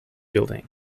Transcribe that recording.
building